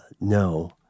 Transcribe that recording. no